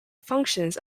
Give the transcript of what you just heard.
functions